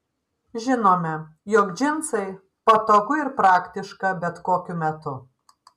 žinome jog džinsai patogu ir praktiška bet kokiu metu